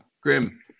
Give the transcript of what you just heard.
Grim